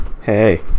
Hey